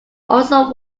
also